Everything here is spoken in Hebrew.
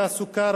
תעסוקה,